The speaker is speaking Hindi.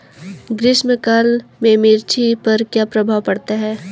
ग्रीष्म काल में मिर्च पर क्या प्रभाव पड़ता है?